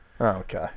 Okay